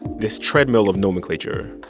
this treadmill of nomenclature,